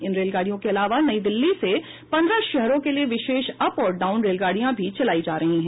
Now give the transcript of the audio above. इन रेलगाड़ियों के अलावा नई दिल्ली से पन्द्रह शहरों के लिए विशेष अप और डाउन रेलगाड़ियां भी चलाई जा रही हैं